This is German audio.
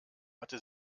hatte